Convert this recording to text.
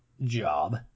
job